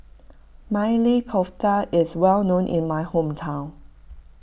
Maili Kofta is well known in my hometown